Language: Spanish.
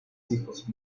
hijos